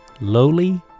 lowly